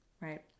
Right